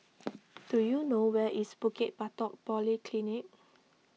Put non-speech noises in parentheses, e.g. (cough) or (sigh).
(noise) do you know where is Bukit Batok Polyclinic